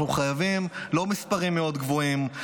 אנחנו לא חייבים מספרים גבוהים מאוד,